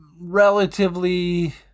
relatively